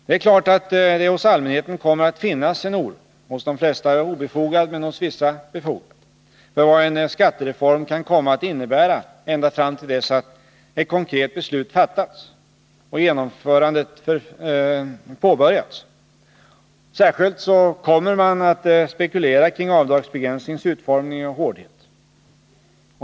Det är klart att det hos allmänheten kommer att finnas en oro — hos de flesta obefogad men hos vissa befogad — för vad en skattereform kan komma att innebära ända fram till dess att ett konkret beslut fattats och genomförandet påbörjats. Särskilt kommer man att spekulera kring avdragsbegränsningens utformning och hårdhet.